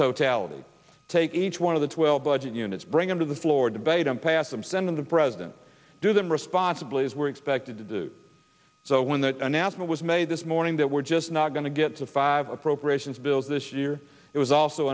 totality take each one of the twelve budget units bring them to the floor debate and pass them send in the president do them responsibly as we're expected to do so when the announcement was made this morning that we're just not going to get to five appropriations bills this year it was also